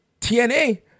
TNA